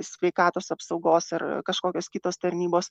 sveikatos apsaugos ar kažkokios kitos tarnybos